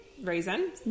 reason